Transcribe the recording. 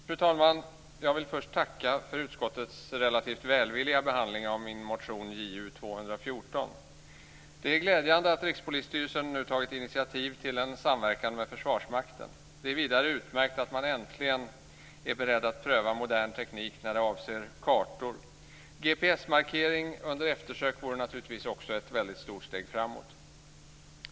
Fru talman! Jag vill först tacka för utskottets relativt välvilliga behandling av min motion Ju214. Det är glädjande att Rikspolisstyrelsen nu tagit initiativ till en samverkan med Försvarsmakten. Det är vidare utmärkt att man äntligen är beredd att pröva modern teknik vad avser kartor. GPS-markering under eftersökningar vore naturligtvis också ett väldigt stort steg framåt.